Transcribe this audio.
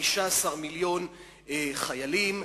חיילים,